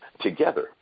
together